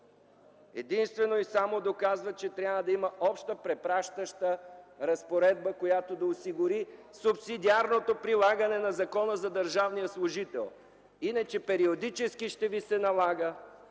единствено и само доказва, че трябва да има обща препращаща разпоредба, която да осигури субсидиарното прилагане на Закона за държавния служител. Иначе периодически ще ви се налага